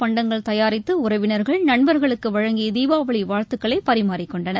பண்டங்கள் தயாரித்துஉறவினர்கள் நண்பர்களுக்குவழங்கிதீபாவளிவாழ்த்துக்களைபரிமாறிக்க இனிப்பு கொண்டனர்